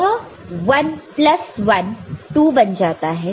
वह 1 प्लस 1 2 बन जाता है